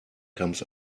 comes